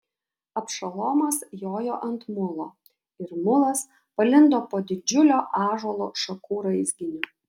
abšalomas jojo ant mulo ir mulas palindo po didžiulio ąžuolo šakų raizginiu